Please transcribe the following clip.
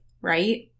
right